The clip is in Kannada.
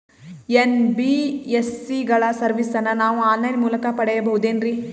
ಎನ್.ಬಿ.ಎಸ್.ಸಿ ಗಳ ಸರ್ವಿಸನ್ನ ನಾವು ಆನ್ ಲೈನ್ ಮೂಲಕ ಪಡೆಯಬಹುದೇನ್ರಿ?